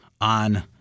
on